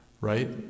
Right